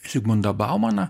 zigmundą baumaną